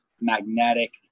magnetic